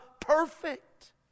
perfect